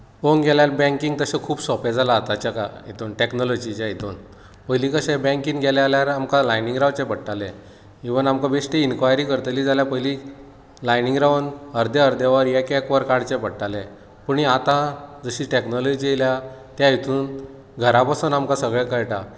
पोवंक गेल्यार बँकींग तशें खूब सोंपें जाला आताच्या का हातूंत टेक्नोलजीच्या हातूंत पयलीं कशें बँकेन गेले जाल्यार आमकां लायनीन रावचे पडटालें ईवन आमकां बेश्टी इन्क्वायरी करतली जाल्यार पयली लायनीक रावोन अर्दे अर्दे वोर एक एक वोर काडचे पडटालें पूण आता जशी टेक्नोलजी आयल्या त्या हातूंत घरा बसून आमकां सगळें कळटा